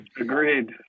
agreed